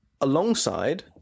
alongside